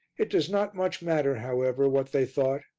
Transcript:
it does not much matter, however, what they thought,